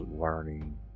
learning